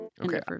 okay